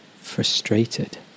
frustrated